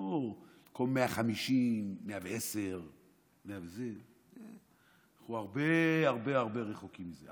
לא שבמקום 150 זה 110. אנחנו הרבה הרבה הרבה רחוקים מזה,